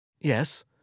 yes